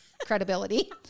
credibility